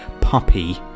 puppy